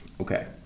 okay